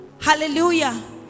hallelujah